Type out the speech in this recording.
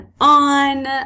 on